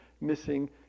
missing